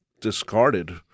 discarded